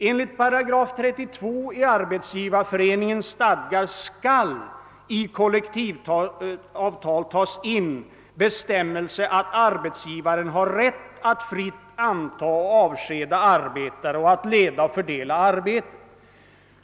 Enligt § 32 i Arbetsgivareföreningens stadgar skall i kollektivavtal tas in bestämmelse att arbetsgivaren har rätt att fritt anta och avskeda arbetare och att leda och fördela arbetet.